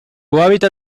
hábitat